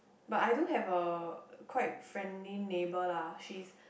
but I do have a quite friendly neighbour lah she's